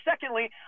Secondly